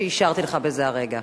שאישרתי לך בזה הרגע.